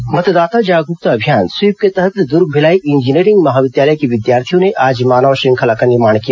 SVEEP कार्यक्रम मतदाता जागरूकता अभियान स्वीप के तहत दूर्ग भिलाई इंजीनियरिंग महाविद्यालय के विद्यार्थियों ने आज मानव श्रृंखला का निर्माण किया